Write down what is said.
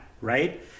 right